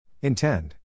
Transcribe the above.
Intend